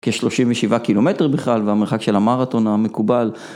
כ-37 קילומטר בכלל, והמרחק של המרתון המקובל,